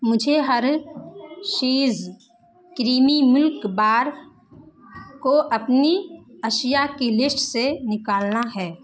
مجھے Hershey's creamy milk bar کو اپنی اشیاء کی لشٹ سے نکالنا ہے